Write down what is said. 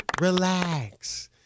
Relax